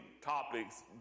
topics